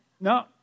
No